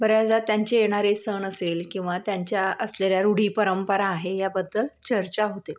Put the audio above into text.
बऱ्याचदा त्यांचे येणारे सण असेल किंवा त्यांच्या असलेल्या रूढी परंपरा आहे या बद्दल चर्चा होते